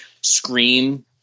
scream